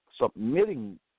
submitting